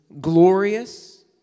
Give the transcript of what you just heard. glorious